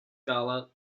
gala